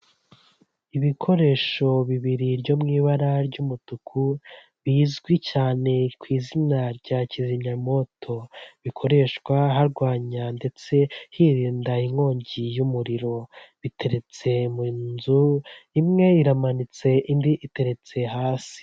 Ibikoresho bibiri byo miu ibara ry'umutuku bizwi cyane ku izina rya kizimyamoto bikoreshwa harwanya ndetse hirinda inkongi y'umuriro, biteretse mu nzu imwe iramanitse indi iteretse hasi.